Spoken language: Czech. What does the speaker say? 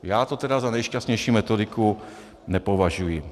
Já to tedy za nejšťastnější metodiku nepovažuji.